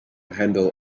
handle